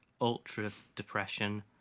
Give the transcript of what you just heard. ultra-depression